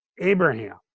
Abraham